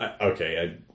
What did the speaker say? Okay